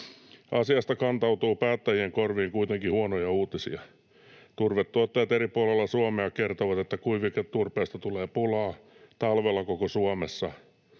Asiasta kantautuu päättäjien korviin kuitenkin huonoja uutisia: Turvetuottajat eri puolilla Suomea kertovat, että kuiviketurpeesta tulee pulaa talvella koko Suomessa.